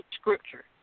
scripture